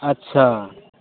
अच्छा